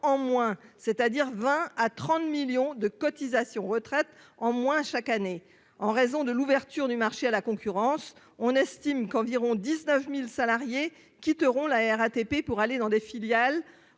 20 millions d'euros à 30 millions d'euros de cotisations retraite en moins chaque année. En raison de l'ouverture du marché à la concurrence, on estime qu'environ 19 000 salariés quitteront la RATP pour rejoindre des filiales